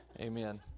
Amen